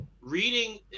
reading